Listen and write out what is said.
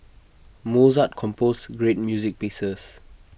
Mozart composed great music pieces